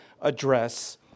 address